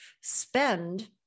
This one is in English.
spend